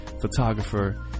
photographer